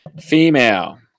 Female